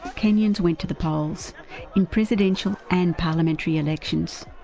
kenyans went to the polls in presidential and parliamentary and elections.